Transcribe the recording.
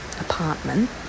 apartment